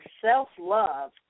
self-love